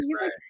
right